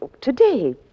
Today